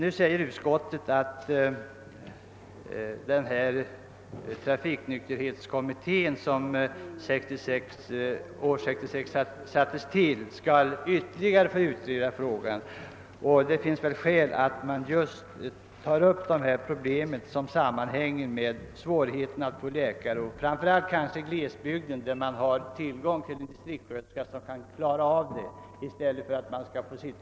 Utskottet säger att den trafiknykterhetskommitté som tillsattes år 1966 skall ytterligare utreda frågan. Det finns skäl att då ta upp de problem som sammanhänger med svårigheterna att skaffa läkare, kanske framför allt i glesbygden där man har tillgång till distriktssköterskor som kan klara av detta, så att man slipper åka runt i taxibil och leta efter läkare.